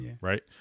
right